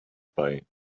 bei